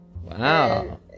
Wow